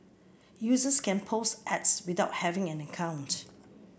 users can post ads without having an account